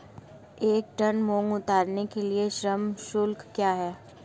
एक टन मूंग उतारने के लिए श्रम शुल्क क्या है?